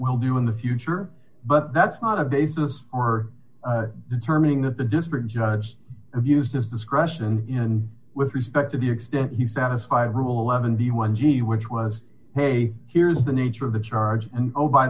will do in the future but that's not a basis for determining that the district judge abused his discretion in with respect to the extent he satisfied ruhleben the one g which was hey here's the nature of the charge and oh by